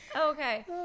okay